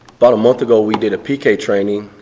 about a month ago we did a piqe training,